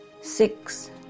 Six